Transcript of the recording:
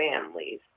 families